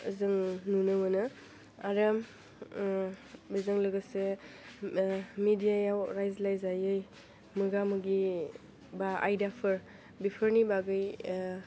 जों नुनो मोनो आरो बेजों लोगोसे मेदियायाव रायज्लायजायै मोगा मोगि बा आयदिफोर बेफोरनि बागै